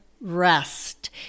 rest